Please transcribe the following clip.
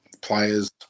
players